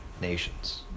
nations